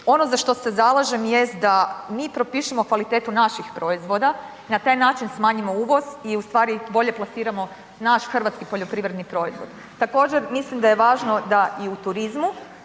Ono za što se zalažem jest da mi propišemo kvalitetu naših proizvoda i na taj način smanjimo uvoz i bolje plasiramo naš hrvatski poljoprivredni proizvod. Također mislim da je važno da i u turizmu